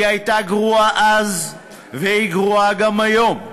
היא הייתה גרועה אז והיא גרועה גם היום,